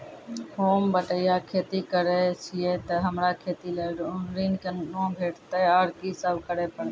होम बटैया खेती करै छियै तऽ हमरा खेती लेल ऋण कुना भेंटते, आर कि सब करें परतै?